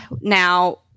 Now